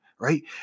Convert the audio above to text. right